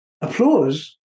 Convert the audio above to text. Applause